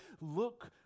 look